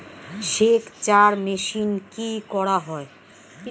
সেকচার মেশিন কি করা হয়?